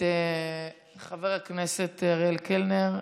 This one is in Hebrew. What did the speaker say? חבר הכנסת אריאל קלנר,